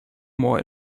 more